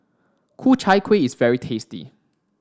Ku Chai Kueh is very tasty